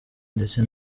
ndetse